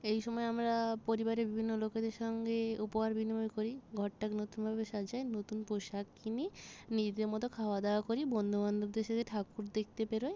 এই সময় আমরা পরিবারে বিভিন্ন লোকেদের সঙ্গে উপহার বিনিময় করি ঘরটাকে নতুনভাবে সাজাই নতুন পোশাক কিনি নিজেদের মতো খাওয়া দাওয়া করি বন্ধু বান্ধবদের সাথে ঠাকুর দেখতে বেরোই